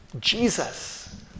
Jesus